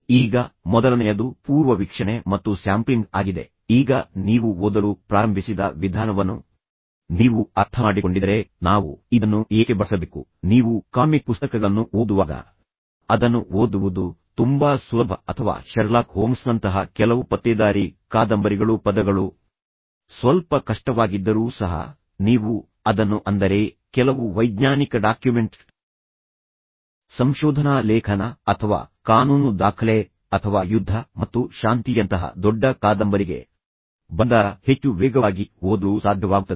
ಈಗ ಮೊದಲನೆಯದು ಪೂರ್ವವೀಕ್ಷಣೆ ಮತ್ತು ಸ್ಯಾಂಪ್ಲಿಂಗ್ ಆಗಿದೆ ಈಗ ನೀವು ಓದಲು ಪ್ರಾರಂಭಿಸಿದ ವಿಧಾನವನ್ನು ನೀವು ಅರ್ಥಮಾಡಿಕೊಂಡಿದ್ದರೆ ನಾವು ಇದನ್ನು ಏಕೆ ಬಳಸಬೇಕು ನೀವು ಕಾಮಿಕ್ ಪುಸ್ತಕಗಳನ್ನು ಓದುವಾಗ ಅದನ್ನು ಓದುವುದು ತುಂಬಾ ಸುಲಭ ಅಥವಾ ಷರ್ಲಾಕ್ ಹೋಮ್ಸ್ನಂತಹ ಕೆಲವು ಪತ್ತೇದಾರಿ ಕಾದಂಬರಿಗಳು ಪದಗಳು ಸ್ವಲ್ಪ ಕಷ್ಟವಾಗಿದ್ದರೂ ಸಹ ನೀವು ಅದನ್ನು ಅಂದರೇ ಕೆಲವು ವೈಜ್ಞಾನಿಕ ಡಾಕ್ಯುಮೆಂಟ್ ಸಂಶೋಧನಾ ಲೇಖನ ಅಥವಾ ಕಾನೂನು ದಾಖಲೆ ಅಥವಾ ಯುದ್ಧ ಮತ್ತು ಶಾಂತಿಯಂತಹ ದೊಡ್ಡ ಕಾದಂಬರಿಗೆ ಬಂದಾಗ ಹೆಚ್ಚು ವೇಗವಾಗಿ ಓದಲು ಸಾಧ್ಯವಾಗುತ್ತದೆ